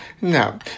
No